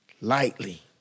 lightly